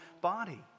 body